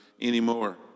anymore